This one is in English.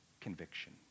conviction